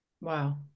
Wow